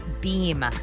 beam